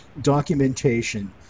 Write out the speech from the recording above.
documentation